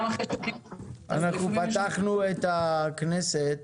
אנחנו פתחנו את הכנסת